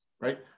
right